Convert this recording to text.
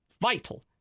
Vital